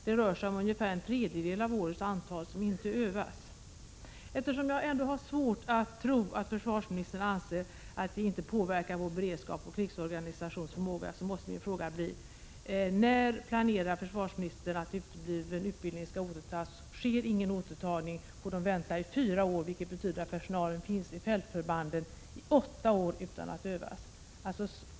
Det rör sig om en tredjedel av den personal som skulle ha övats i år. Eftersom jag ändå har svårt att tro att försvarsministern anser att detta inte påverkar vår beredskap och vår krigsorganisations förmåga måste min fråga bli: När planerar försvarsministern att utebliven utbildning skall återupptas? Sker ingen återupptagning får utbildningen vänta i fyra år, vilket betyder att personal finns i fältförbanden i åtta år utan att övas.